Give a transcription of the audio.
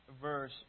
verse